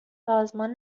سازمان